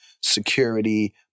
security